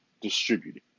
distributed